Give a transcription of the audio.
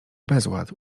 bezład